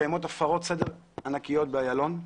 מתקיימת הפרות סדר ענקיות באילון.